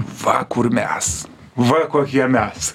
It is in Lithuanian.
va kur mes va kokie mes